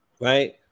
Right